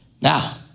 now